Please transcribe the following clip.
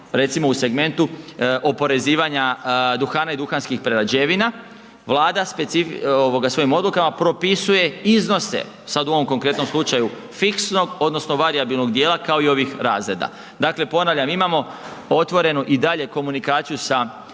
recimo u segmentu oporezivanja duhana i duhanskih prerađevina, Vlada svojim odlukama propisuje iznose, sad u ovom konkretnom slučaju, fiksnog odnosno varijabilnog dijela kao i ovih razreda. Dakle ponavljam, imamo otvorenu i dalje komunikaciju sa